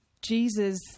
Jesus